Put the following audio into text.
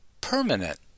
permanent